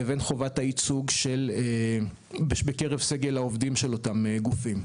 לבין חובת הייצוג בקרב סגל העובדים של אותם גופים.